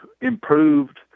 improved